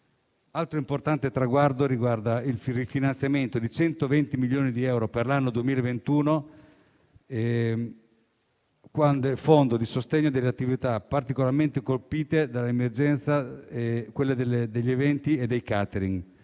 altro importante traguardo riguarda il rifinanziamento di 120 milioni di euro, per l'anno 2021, del fondo a sostegno di alcune attività particolarmente colpite dall'emergenza, ovvero quelle degli eventi e dei *catering*,